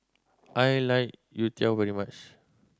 I like youtiao very much